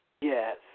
Yes